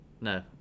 No